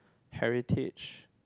heritage